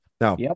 Now